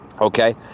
Okay